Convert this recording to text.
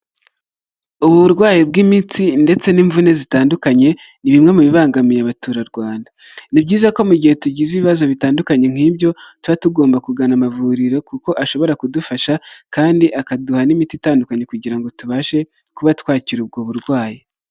Uburwayi bw'imitsi ndetse n'imvune zitandukanye, ni bimwe mu bibangamiye abaturarwanda, ni byiza ko mu gihe tugize ibibazo bitandukanye nk'ibyo tuba tugomba kugana amavuriro kuko ashobora kudufasha, kandi akaduha n'imiti itandukanye kugira ngo tubashe kuba twakira ubwo burwayi.